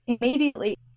immediately